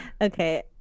Okay